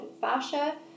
Fascia